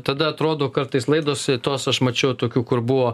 tada atrodo kartais laidos tos aš mačiau tokių kur buvo